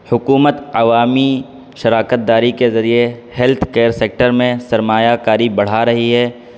حکومت عوامی شراکت داری کے ذریعے ہیلتھ کیئر سیکٹر میں سرمایہ کاری بڑھا رہی ہے